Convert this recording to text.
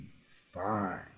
fine